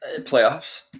playoffs